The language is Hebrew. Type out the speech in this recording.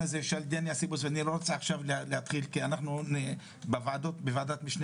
דניה סיבוס שאני לא רוצה להתחיל בזה כי בוועדת המשנה